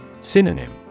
Synonym